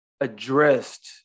addressed